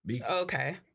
Okay